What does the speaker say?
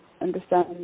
understand